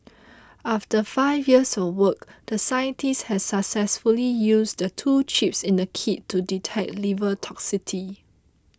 after five years of work the scientists has successfully used the two chips in the kit to detect liver toxicity